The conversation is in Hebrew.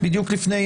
בדיוק לפני